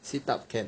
sit up can